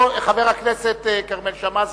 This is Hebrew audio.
חבר הכנסת כרמל שאמה,